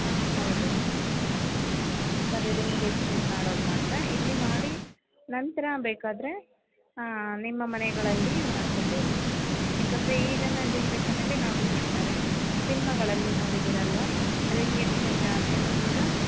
ಆಂ ಹೌದು ಬರೀ ring exchange ಮಾಡೋದು ಮಾತ್ರ ಇಲ್ಲಿ ಮಾಡಿ ನಂತರ ಬೇಕಾದರೆ ನಿಮ್ಮ ಮನೆಗಳಲ್ಲಿ ಮಾಡ್ಕೊಂಬೋದು ಏಕಂದ್ರೆ ಈಗಿನ ಜನ್ರೇಷನಲ್ಲಿ ಹಾಗೂ ಮಾಡ್ತಾರೆ ಸಿನ್ಮಾಗಳಲ್ಲಿ ನೋಡಿದ್ದೀರಲ್ವಾ ರಿಂಗ್ ಎಕ್ಸ್ಚೇಂಜ್ ಆದ ಮೇಲೂ ಕೂಡ